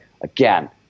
again